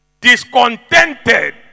discontented